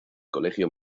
colegio